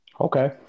Okay